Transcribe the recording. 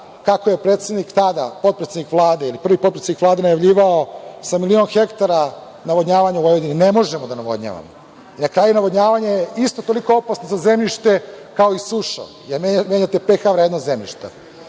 kako je predsednik tada, potpredsednik Vlade ili prvi potpredsednik Vlade najavljivao, sa milion ha navodnjavanja Vojvodine. Ne možemo da navodnjavamo, na kraju, navodnjavanje je isto toliko opasno za zemljište kao i suša, jer menjate PH vrednost zemljišta.